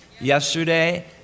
yesterday